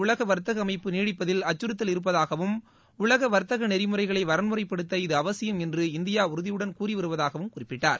உலக வர்த்தக அமைப்பு நீடிப்பதில் அச்சுறுத்தல் இருப்பதாகவும் உலக வர்த்தக நெறிமுறைகளை வரன்முறைப்படுத்த அது அவசியம் என்று இந்தியா உறுதியுடன் கூறிவருவதாகவும் குறிப்பிட்டார்